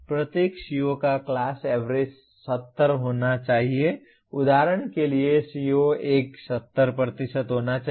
प्रत्येक CO का class average 70 होना चाहिए उदाहरण के लिए CO1 70 होना चाहिए